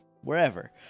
Wherever